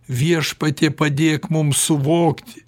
viešpatie padėk mum suvokti